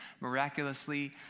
miraculously